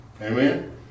amen